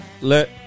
let